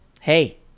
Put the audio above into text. hey